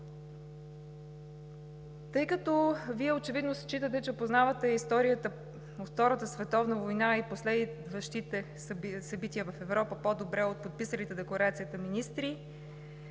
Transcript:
Тъй като очевидно Вие считате, че познавате историята от Втората световна война и последващите събития в Европа по-добре от подписалите Декларацията министри